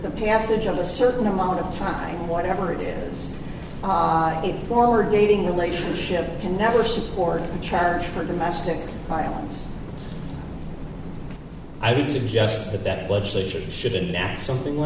the passage of a certain amount of time whatever it is odd the forward dating relationship can never support the charge for domestic violence i would suggest that that legislature should enact something